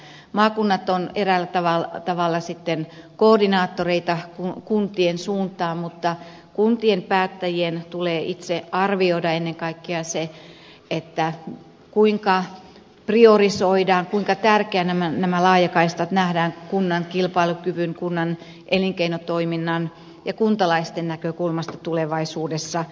maakunnat ovat sitten eräällä tavalla koordinaattoreita kuntien suuntaan mutta kuntien päättäjien tulee itse arvioida ennen kaikkea se kuinka priorisoidaan kuinka tärkeinä nämä laajakaistat nähdään kunnan kilpailukyvyn kunnan elinkeinotoiminnan ja kuntalaisten näkökulmasta tulevaisuudessa